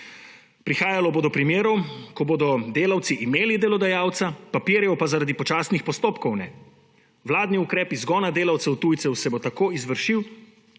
Prihajalo bo do primerov, ko bodo delavci imeli delodajalca, papirjev pa zaradi počasnih postopkov ne. Vladni ukrep izgona delavcev tujcev se bo tako izvršil